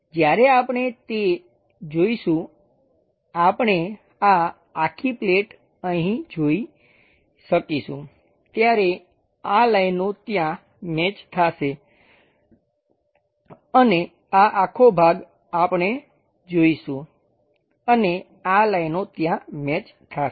જ્યારે આપણે તે જોઈશું આપણે આ આખી પ્લેટ અહીં જોઈ શકીશું ત્યારે આ લાઇનો ત્યાં મેચ થાશે અને આ આખો ભાગ આપણે જોઈશું અને આ લાઈનો ત્યાં મેચ થાશે